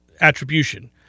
attribution